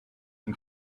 and